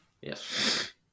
Yes